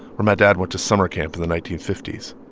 where my dad went to summer camp for the nineteen fifty s.